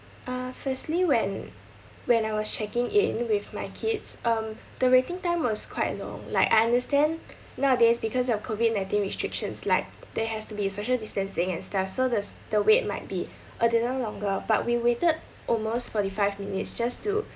uh firstly when when I was checking in with my kids um the waiting time was quite long like I understand nowadays because of COVID nineteen restrictions like there has to be a social distancing and stuff so the s~ the wait might be a little longer but we waited almost forty five minutes just to